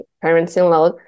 parents-in-law